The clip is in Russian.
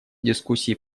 дискуссии